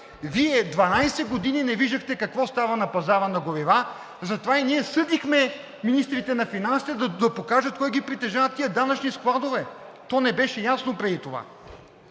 Вие 12 години не виждахте какво става на пазара на горива, затова и ние съдихме министрите на финансите да покажат кой ги притежава тези данъчни складове. То не беше ясно преди това.